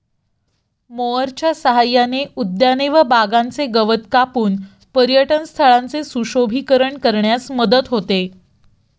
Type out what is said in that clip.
मोअरच्या सहाय्याने उद्याने व बागांचे गवत कापून पर्यटनस्थळांचे सुशोभीकरण करण्यास मदत होते